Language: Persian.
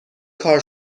کار